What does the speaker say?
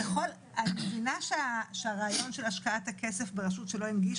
הכל נעשה בשיחות שהיו לנו מול המרכז לשלטון מקומי.